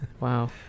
Wow